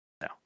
no